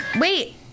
wait